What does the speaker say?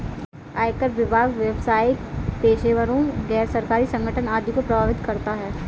आयकर विभाग व्यावसायिक पेशेवरों, गैर सरकारी संगठन आदि को प्रभावित करता है